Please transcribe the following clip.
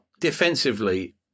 defensively